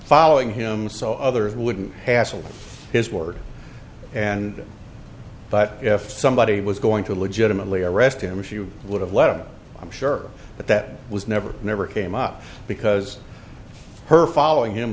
following him so others wouldn't hassle his board and but if somebody was going to legitimately arrest him if you would have let him go i'm sure but that was never never came up because her following him